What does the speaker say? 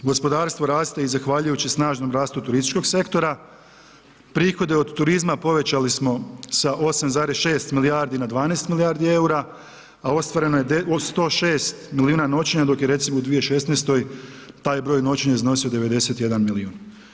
Gospodarstvo raste i zahvaljujući snažnom rastu turističkog sektora, prihode od turizma povećali smo sa 8,6 milijardi na 12 milijardi eura, a ostvareno je od 106 milijuna noćenja, dok je, recimo u 2016.-oj taj broj noćenja iznosio 91 milijun.